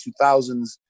2000s